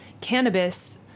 cannabis